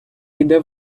іде